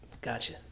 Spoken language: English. Gotcha